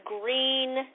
green